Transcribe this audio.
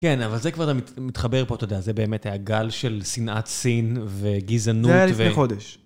כן, אבל זה כבר מתחבר פה, אתה יודע, זה באמת היה גל של שנאת סין וגזענות. זה היה לפני חודש.